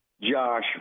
Josh